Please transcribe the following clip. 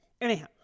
Anyhow